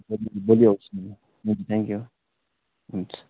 भोलि भोलि आउँछु नि म हुन्छ थ्याङ्क यू हुन्छ